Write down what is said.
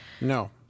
No